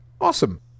awesome